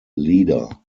leader